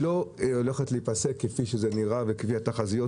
לא הולכת להיפסק כפי שזה נראה ולפי התחזיות,